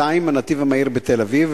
2. הנתיב המהיר בתל-אביב,